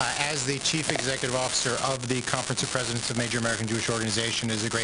בתור חבר מארגון כה גדול בארה"ב אני שמח